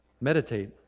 Meditate